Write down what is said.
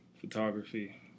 Photography